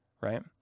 right